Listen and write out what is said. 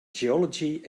geology